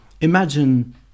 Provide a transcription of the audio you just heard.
Imagine